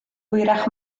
hwyrach